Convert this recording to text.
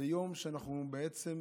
זה יום לציון